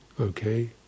okay